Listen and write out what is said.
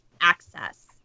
access